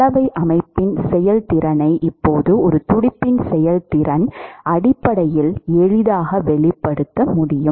கலவை அமைப்பின் செயல்திறனை இப்போது ஒரு துடுப்பின் செயல்திறன் அடிப்படையில் எளிதாக வெளிப்படுத்த முடியும்